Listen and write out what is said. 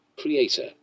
creator